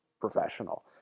professional